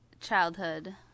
childhood